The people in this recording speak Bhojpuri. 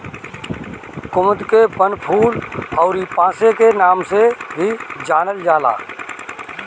कुमुद के वनफूल अउरी पांसे के नाम से भी जानल जाला